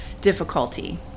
difficulty